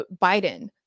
Biden